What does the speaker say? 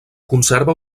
conserva